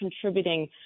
contributing